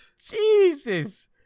jesus